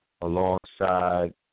alongside